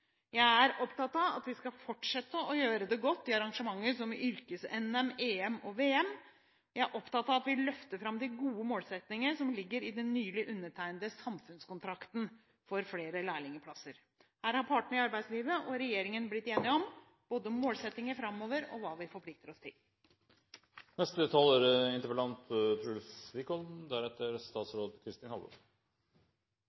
Jeg er opptatt av at vi skal fortsette å gjøre det godt i arrangementer som Yrkes-NM, -EM og -VM. Og jeg er opptatt av at vi løfter fram de gode målsettingene som ligger i den nylig undertegnede samfunnskontrakten for flere læreplasser. Her har partene i arbeidslivet og regjeringen blitt enige om både målsettinger framover og hva vi forplikter oss til.